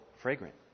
fragrant